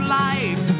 life